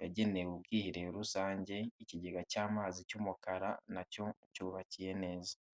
yagenewe ubwiherero rusange ikigega cy'amazi cy'umukara na cyo cyubakiye neza.